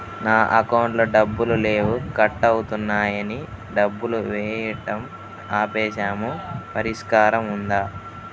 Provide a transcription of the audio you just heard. నా అకౌంట్లో డబ్బులు లేవు కట్ అవుతున్నాయని డబ్బులు వేయటం ఆపేసాము పరిష్కారం ఉందా?